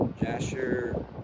Jasher